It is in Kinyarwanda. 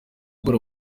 ukora